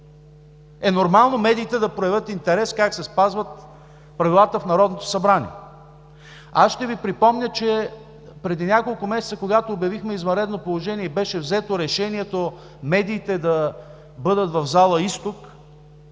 нормално е медиите да проявят интерес как се спазват правилата в Народното събрание. Ще Ви припомня, че преди няколко месеца, когато обявихме извънредно положение и беше взето решението медиите да бъдат в зала „Изток“,